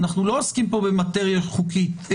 אנחנו לא עוסקים פה במטריה חוקתית,